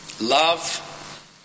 Love